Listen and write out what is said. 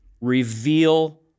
reveal